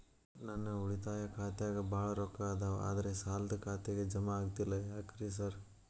ನನ್ ಉಳಿತಾಯ ಖಾತ್ಯಾಗ ಬಾಳ್ ರೊಕ್ಕಾ ಅದಾವ ಆದ್ರೆ ಸಾಲ್ದ ಖಾತೆಗೆ ಜಮಾ ಆಗ್ತಿಲ್ಲ ಯಾಕ್ರೇ ಸಾರ್?